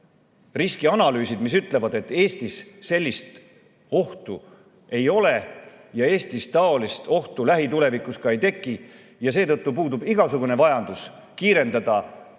riskianalüüsid, mis ütlevad, et Eestis sellist ohtu ei ole ja Eestis taolist ohtu lähitulevikus ka ei teki ja seetõttu puudub igasugune vajadus kiirendada piiri